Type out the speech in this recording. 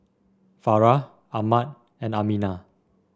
Farah Ahmad and Aminah